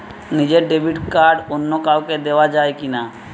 নিজের debit card অন্য কাউকে দেওয়া যায় কি না?